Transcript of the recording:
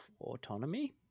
autonomy